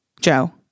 Joe